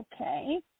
okay